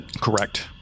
Correct